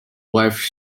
wife